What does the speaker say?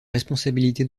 responsabilité